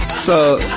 so,